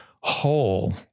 whole